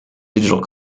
digital